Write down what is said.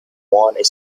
one